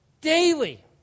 Daily